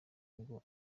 ngo